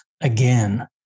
again